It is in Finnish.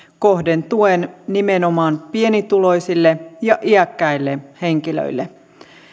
kohdentuen nimenomaan pienituloisille ja iäkkäille henkilöille